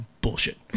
bullshit